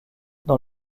dans